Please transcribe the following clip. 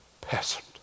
peasant